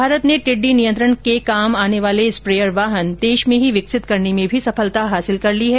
भारत ने टिड्डी नियंत्रण के काम आने वाले स्प्रेयर वाहन देश में ही विकसित करने में भी सफलता हासिल कर ली है